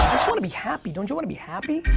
just wanna be happy, don't you wanna be happy?